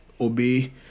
Obey